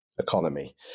economy